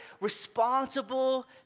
responsible